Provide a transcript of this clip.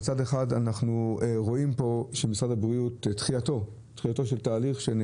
מצד אחד אנחנו רואים פה את תחילתו של תהליך במשרד הבריאות,